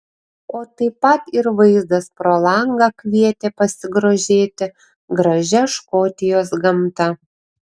o taip pat ir vaizdas pro langą kvietė pasigrožėti gražia škotijos gamta